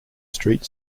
street